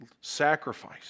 sacrifice